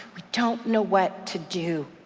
we don't know what to do,